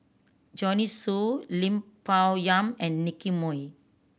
Joanne Soo Lim Bo Yam and Nicky Moey